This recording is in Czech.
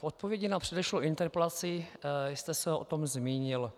V odpovědi na předešlou interpelaci jste se o tom zmínil.